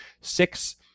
six